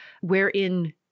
wherein